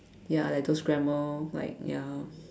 ya like those grammar like ya